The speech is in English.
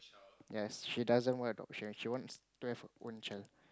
yes she doesn't want adoption she wants to have her own child